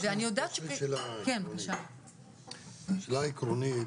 יש לי שאלה עקרונית.